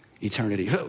eternity